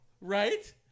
right